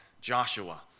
Joshua